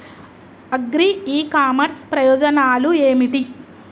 Agri e commerce ప్రయోజనాలు ఏమిటి?